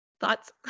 Thoughts